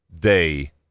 day